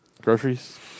groceries